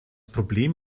problem